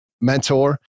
mentor